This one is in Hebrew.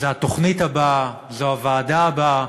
זו התוכנית הבאה, זו הוועדה הבאה.